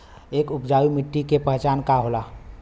एक उपजाऊ मिट्टी के पहचान का होला?